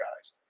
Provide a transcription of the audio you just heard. guys